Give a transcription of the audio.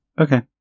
Okay